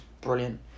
brilliant